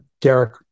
Derek